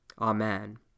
Amen